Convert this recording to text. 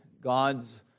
God's